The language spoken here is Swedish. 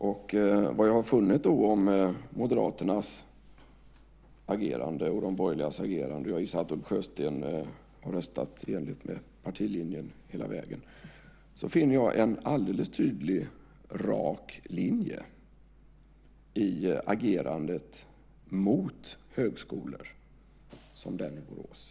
Vad jag då har funnit om Moderaternas och de borgerligas agerande - jag gissar att Ulf Sjösten har röstat i enlighet med partilinjen hela vägen - är en alldeles tydlig rak linje i agerandet mot högskolor som den i Borås.